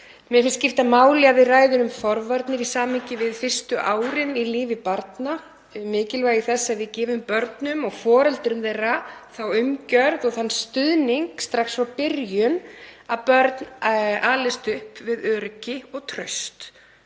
Mér finnst skipta máli að við ræðum um forvarnir í samhengi við fyrstu árin í lífi barna, um mikilvægi þess að við gefum börnum og foreldrum þeirra þá umgjörð og þann stuðning strax frá byrjun að börn alist upp við öryggi og traust.